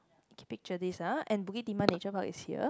keep picture this ah and Bukit Timah nature park is here